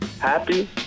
happy